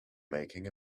making